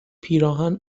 پیراهن